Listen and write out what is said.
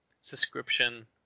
subscription